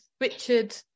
richard